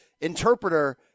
interpreter